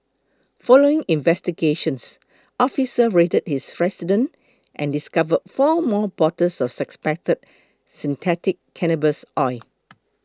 following investigations officers raided his residence and discovered four more bottles of suspected synthetic cannabis oil